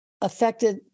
affected